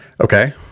Okay